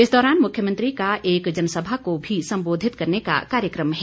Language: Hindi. इस दौरान मुख्यमंत्री का एक जनसभा को सम्बोधित करने का भी कार्यक्रम है